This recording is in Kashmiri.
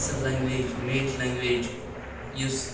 اَصٕل لنٛگویج میٖٹھ لٮ۪نٛگویج یُس